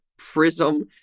Prism